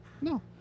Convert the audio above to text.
No